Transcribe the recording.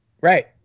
Right